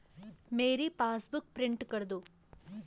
मेरी passbook print कर दो